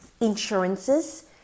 insurances